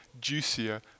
juicier